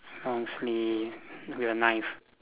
long sleeve with a knife